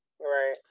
Right